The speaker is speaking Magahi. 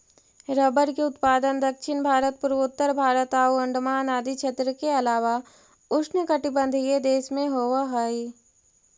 रबर के उत्पादन दक्षिण भारत, पूर्वोत्तर भारत आउ अण्डमान आदि क्षेत्र के अलावा उष्णकटिबंधीय देश में होवऽ हइ